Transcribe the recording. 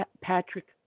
Patrick